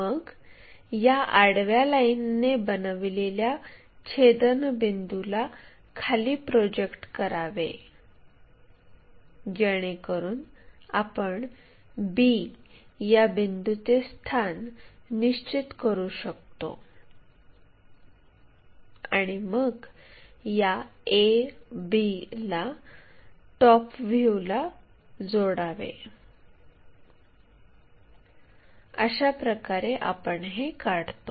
मग या आडव्या लाईनने बनवलेल्या छेदनबिंदूला खाली प्रोजेक्ट करावे जेणेकरून आपण b या बिंदूचे स्थान निश्चित करू शकतो आणि मग या a b ला टॉप व्ह्यूला जोडावे अशाप्रकारे आपण हे काढतो